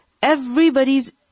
everybody's